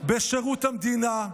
בשירות המדינה,